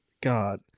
God